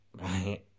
Right